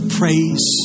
praise